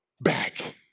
back